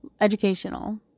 educational